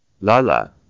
Lala